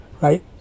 right